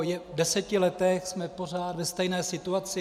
Po deseti letech jsme pořád ve stejné situaci.